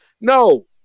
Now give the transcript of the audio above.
No